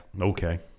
Okay